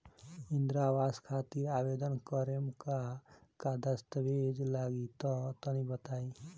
इंद्रा आवास खातिर आवेदन करेम का का दास्तावेज लगा तऽ तनि बता?